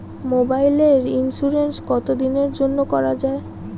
মোবাইলের ইন্সুরেন্স কতো দিনের জন্যে করা য়ায়?